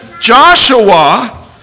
Joshua